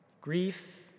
grief